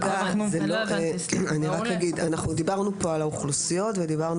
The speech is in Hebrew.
אנחנו דיברנו כאן על האוכלוסיות ודיברנו